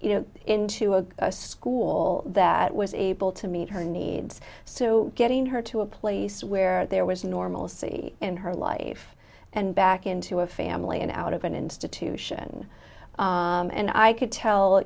katie into a school that was able to meet her needs so getting her to a place where there was normalcy in her life and back into a family and out of an institution and i could tell